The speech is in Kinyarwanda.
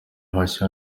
hashya